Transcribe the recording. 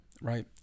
right